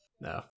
No